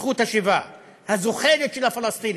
את זכות השיבה הזוחלת של הפלסטינים,